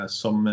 som